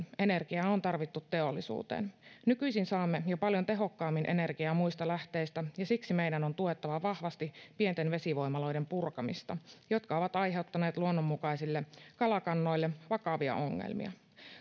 energiaa on tarvittu teollisuuteen nykyisin saamme jo paljon tehokkaammin energiaa muista lähteistä ja siksi meidän on tuettava vahvasti pienten vesivoimaloiden purkamista jotka ovat aiheuttaneet luonnonmukaisille kalakannoille vakavia ongelmia